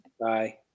Bye